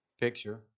picture